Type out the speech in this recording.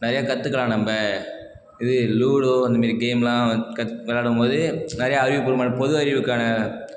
நிறையா கற்றுக்கலாம் நம்ப இது லூடோ இந்தமாரி கேம்லாம் கத் விளாடும்போது நிறைய அறிவுப்பூர்வமாக பொது அறிவுக்கான